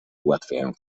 ułatwiają